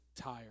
tired